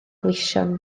gweision